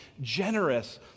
generous